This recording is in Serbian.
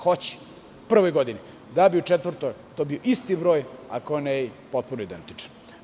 Hoće, u prvoj godini, da bi u četvrtoj to bio isti broj, ako ne i potpuno identičan.